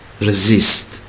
resist